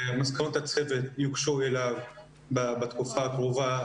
מסקנות הצוות יוגשו אליו בתקופה הקרובה,